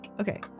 Okay